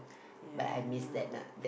ya